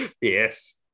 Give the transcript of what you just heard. Yes